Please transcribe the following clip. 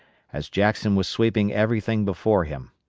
as jackson was sweeping everything before him.